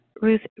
Ruth